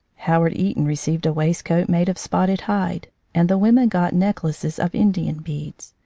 how ard eaton received a waistcoat made of spotted hide, and the women got necklaces of indian beads.